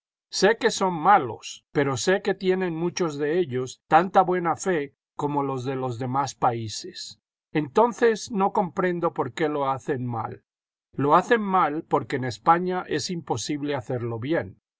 sé que son malos pero sé que tienen muchos de ellos tanta buena fe como los de los demás países entonces no comprendo por qué lo hacen mal lo hacen mal porque en españa es imposible hacerlo bien